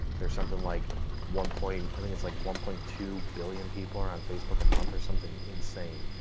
there's something like one point. i think it's like one point two billion people are on facebook a month or something. insane.